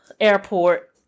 airport